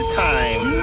time